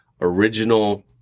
original